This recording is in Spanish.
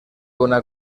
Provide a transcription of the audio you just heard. una